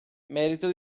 merito